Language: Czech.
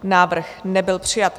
Návrh nebyl přijat.